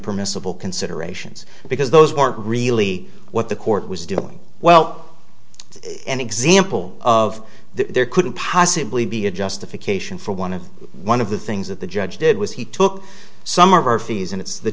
permissible considerations because those aren't really what the court was doing well an example of there couldn't possibly be a justification for one of one of the things that the judge did was he took some of our fees and it's the